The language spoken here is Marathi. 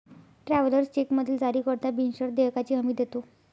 ट्रॅव्हलर्स चेकमधील जारीकर्ता बिनशर्त देयकाची हमी देतो